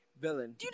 villain